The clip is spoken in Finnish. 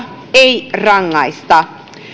ei rangaista